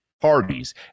parties